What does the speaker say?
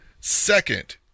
Second